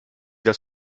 das